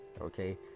okay